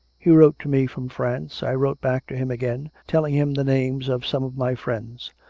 he wrote to me from france i wrote back to him again, telling him the names of some of my friends.